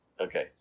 Okay